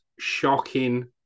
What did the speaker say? shocking